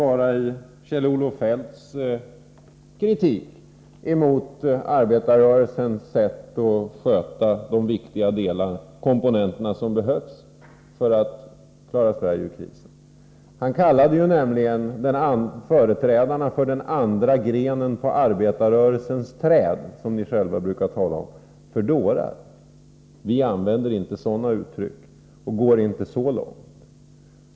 Kjell-Olof Feldts kritik mot arbetarrörelsens sätt att sköta de viktiga komponenter som behövs för att klara Sverige ur krisen. Han kallade ju nämligen företrädarna för den andra grenen på arbetarrörelsens träd, som ni själva brukar tala om, för dårar. Vi använder inte sådana uttryck och går inte så långt.